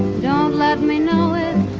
don't let me know it,